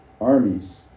armies